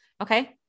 Okay